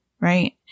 right